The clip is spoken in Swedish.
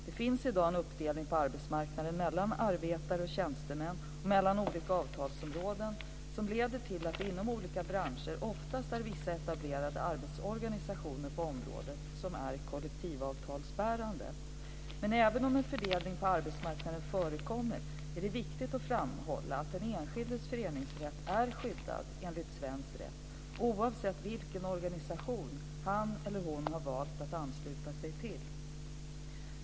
Det finns i dag en uppdelning på arbetsmarknaden mellan arbetare och tjänstemän och mellan olika avtalsområden som leder till att det inom olika branscher oftast är vissa etablerade arbetsorganisationer på området som är kollektivavtalsbärande. Men även om en fördelning på arbetsmarknaden förekommer är det viktigt att framhålla att den enskildes föreningsrätt är skyddad enligt svensk rätt, oavsett vilken organisation han eller hon valt att ansluta sig till.